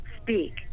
speak